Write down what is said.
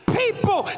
people